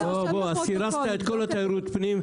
אז סירסת את כל תיירות הפנים,